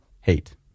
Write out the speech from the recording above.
hate